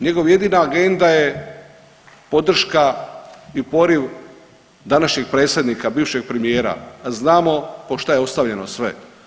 Njegov jedina agenda je podrška i poriv današnjeg predsjednika, bivšeg premijera, a znamo po šta je ostavljeno sve.